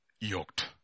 Yoked